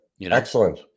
Excellent